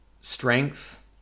Strength